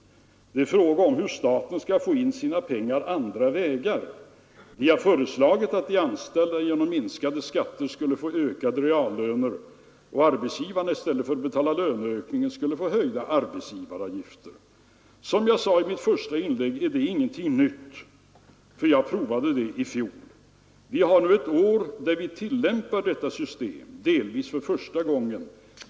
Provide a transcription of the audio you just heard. Det är fråga om hur staten skall få in sina pengar andra vägar. De har föreslagit att de anställda genom minskade skatter skulle få ökade reallöner och att arbetsgivarna i stället för att betala löneökningar skulle få höjda arbetsgivaravgifter. Som jag sade i mitt första inlägg är detta ingenting nytt, för jag provade det i fjol. Vi har nu ett år där vi tillämpar detta system — delvis för första gången.